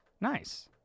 Nice